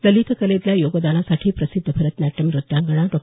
ललित कलेतल्या योगदानासाठी प्रसिद्ध भरतनाट्यम नृत्यांगना डॉ